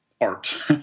art